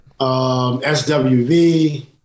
SWV